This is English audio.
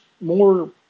more